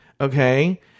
Okay